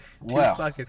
Wow